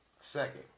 second